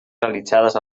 realitzades